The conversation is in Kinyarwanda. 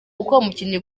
umukinnyi